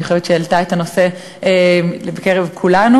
אני חושבת שהיא העלתה את הנושא בקרב כולנו,